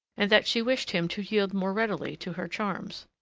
and that she wished him to yield more readily to her charms.